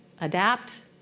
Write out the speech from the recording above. adapt